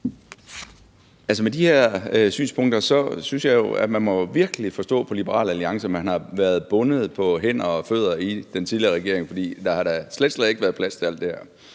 Altså, med de her synspunkter må man forstå på Liberal Alliance, synes jeg, at de virkelig har været bundet på hænder og fødder i den tidligere regering, for der har da slet, slet ikke været plads til alt det her.